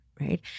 right